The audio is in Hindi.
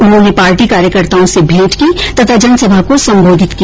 उन्होंने पार्टी कार्यकर्ताओं से भेंट की तथा जनसभा को सम्बोधित किया